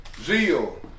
Zeal